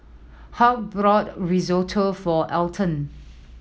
Hoke brought Risotto for Eldon